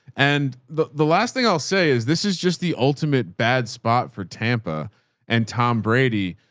and the the last thing i'll say is this is just the ultimate bad spot for tampa and tom brady.